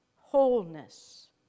wholeness